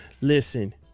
listen